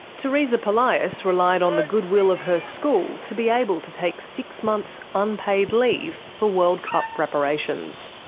teresa polias relied on the goodwill of her school to be able to take six months' unpaid leave for world cup preparations.